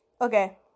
Okay